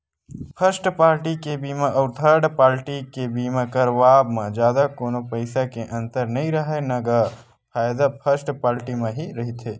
first party के बीमा अउ थर्ड पाल्टी के बीमा करवाब म जादा कोनो पइसा के अंतर नइ राहय न गा फायदा फस्ट पाल्टी म ही रहिथे